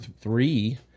three